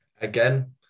Again